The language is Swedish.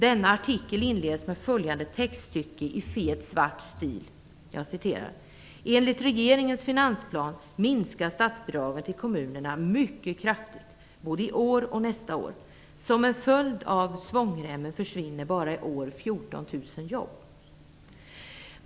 Denna artikel inleds med följande textstycke i fet svart stil: "Enligt regeringens finansplan minskar statsbidragen till kommunerna mycket kraftigt, både i år och nästa år. Som en följd av svångremmen försvinner bara i år 14 000 jobb."